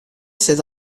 sit